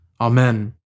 Amen